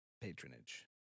patronage